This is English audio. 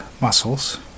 muscles